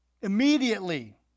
Immediately